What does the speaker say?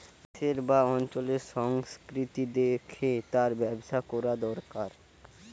দেশের বা অঞ্চলের সংস্কৃতি দেখে তার ব্যবসা কোরা দোরকার